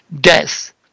death